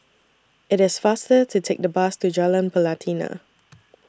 IT IS faster to Take The Bus to Jalan Pelatina